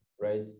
right